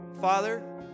Father